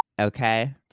Okay